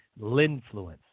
Linfluence